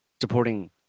supporting